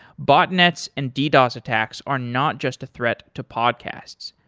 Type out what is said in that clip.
botnets and ddos attacks are not just a threat to podcasts,